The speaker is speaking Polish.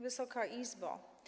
Wysoka Izbo!